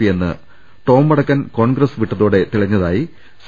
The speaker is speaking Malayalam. പിയെന്ന് ടോം വടക്കൻ കോൺഗ്രസ് വിട്ടതോടെ തെളി ഞ്ഞതായി സി